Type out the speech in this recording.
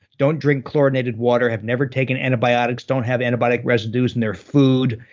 don't drink chlorinated water, have never taken antibiotics, don't have antibiotic residues in their food,